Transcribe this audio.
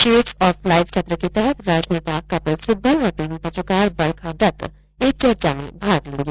shades of life सत्र के तहत राजनैता कपिल सिब्बल और टीवी पत्रकार बरखा दत्त एक चर्चा में भाग लेंगे